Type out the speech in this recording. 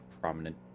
prominent